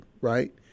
right